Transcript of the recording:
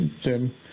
jim